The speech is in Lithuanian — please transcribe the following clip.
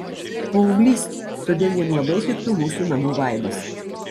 paauglys todėl jam labai tiktų mūsų namų vaibas